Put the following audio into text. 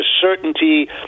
certainty